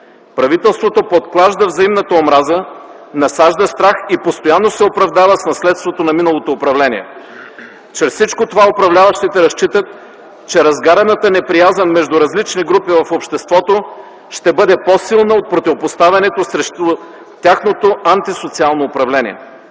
Правителството подклажда взаимната омраза, насажда страх и постоянно се оправдава с наследството на миналото управление. Чрез всичко това управляващите разчитат, че разгаряната неприязън между различни групи в обществото ще бъде по-силна от противопоставянето срещу тяхното антисоциално управление.